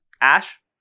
Ash